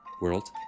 world